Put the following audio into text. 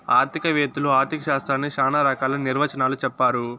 ఆర్థిక వేత్తలు ఆర్ధిక శాస్త్రాన్ని శ్యానా రకాల నిర్వచనాలు చెప్పారు